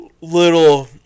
little